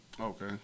Okay